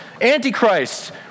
Antichrist